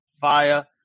Fire